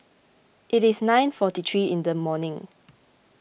it is nine forty three in the morning